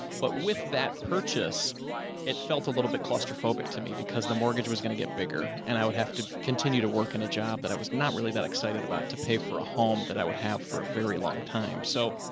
but with that purchase it felt a little bit claustrophobic to me because the mortgage was going to get bigger and i would have to continue to work in a job that i was not really that excited about to pay for a home that i would have for a very long time. so.